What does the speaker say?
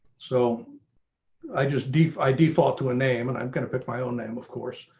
so i just defy default to a name, and i'm going to pick my own name. of course,